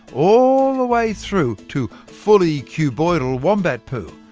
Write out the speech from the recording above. all the way through to fully cuboidal wombat poo.